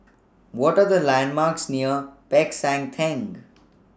What Are The landmarks near Peck San Theng